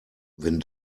wenn